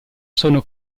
sono